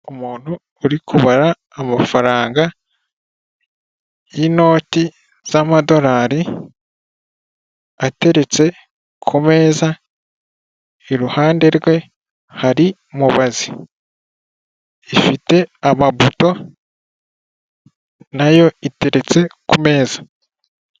Umuntu uri kubara amafaranga y'inoti z'amadorari ateretse ku meza iruhande rwe hari mubazi ifite amabuto nayo iteretse ku meza.